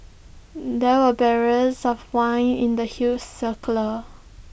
there were barrels of wine in the huge